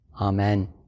Amen